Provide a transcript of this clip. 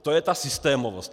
To je ta systémovost.